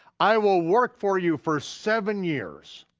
i will work for you for seven years